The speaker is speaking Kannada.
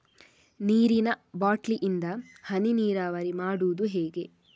ನೀರಿನಾ ಬಾಟ್ಲಿ ಇಂದ ಹನಿ ನೀರಾವರಿ ಮಾಡುದು ಹೇಗೆ?